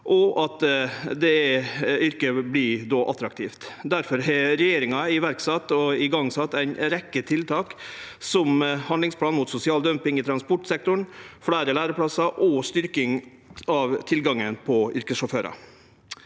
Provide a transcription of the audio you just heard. og at det yrket vert attraktivt. Derfor har regjeringa sett i verk og i gang ei rekkje tiltak, som handlingsplan mot sosial dumping i transportsektoren, fleire læreplassar og styrking av tilgangen på yrkessjåførar.